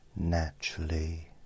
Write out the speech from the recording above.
naturally